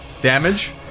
Damage